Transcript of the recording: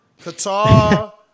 qatar